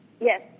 Yes